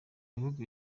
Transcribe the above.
bihugu